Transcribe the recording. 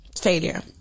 failure